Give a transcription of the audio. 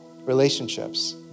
relationships